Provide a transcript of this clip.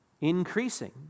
increasing